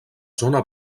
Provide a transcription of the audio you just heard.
zona